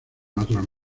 otros